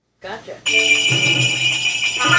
gotcha